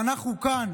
ואנחנו כאן,